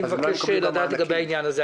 אני מבקש לדעת לגבי העניין הזה.